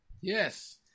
Yes